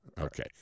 Okay